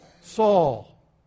Saul